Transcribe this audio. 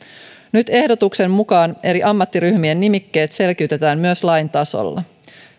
nyt ehdotuksen mukaan eri ammattiryhmien nimikkeet selkiytetään myös lain tasolla